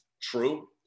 true